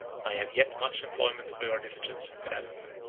i have yet much employment for your diligence and fidelity.